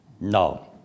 No